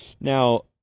Now